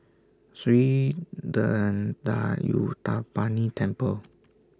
Sri Thendayuthapani Temple